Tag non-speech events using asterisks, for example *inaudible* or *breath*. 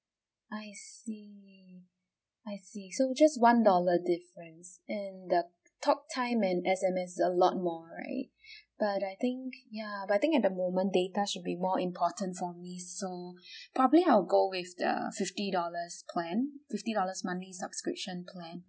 I see I see so just one dollar difference and the talk time and S_M_S a lot more right *breath* but I think ya but I think at the moment data should be more important for me so *breath* probably I'll go with the fifty dollars plan fifty dollars monthly subscription plan